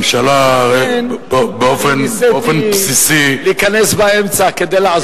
לכן ניסיתי להיכנס באמצע כדי לעזור.